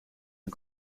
een